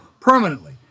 permanently